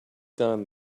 done